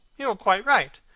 you were quite right.